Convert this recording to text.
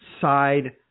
side